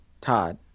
Todd